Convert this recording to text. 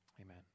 amen